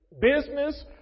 business